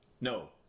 No